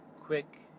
quick